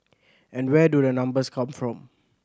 and where do the numbers come from